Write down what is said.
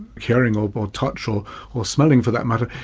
hearing or but or touch or or smelling for that matter,